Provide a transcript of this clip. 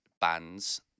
bands